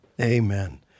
Amen